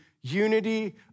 Unity